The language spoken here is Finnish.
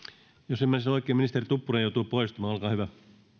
jos ymmärsin oikein ministeri tuppurainen joutuu poistumaan olkaa hyvä